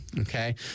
okay